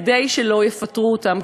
כדי שלא יפטרו אותם.